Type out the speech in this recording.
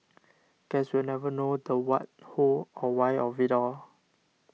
guess we'll never know the what who or why of it all